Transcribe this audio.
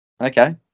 okay